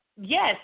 Yes